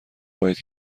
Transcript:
خواهید